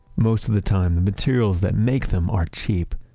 most of the time the materials that make them are cheap,